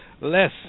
less